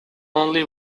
only